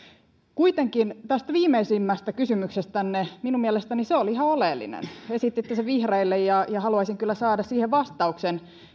kuitenkin tästä viimeisimmästä kysymyksestänne minun mielestäni se oli ihan oleellinen esititte sen vihreille ja ja haluaisin kyllä saada siihen vastauksen